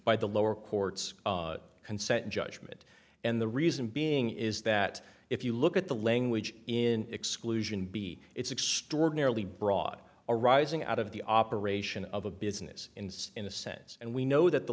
by the lower court's consent judgment and the reason being is that if you look at the language in exclusion b it's extraordinarily broad arising out of the operation of a business in a sense and we know that the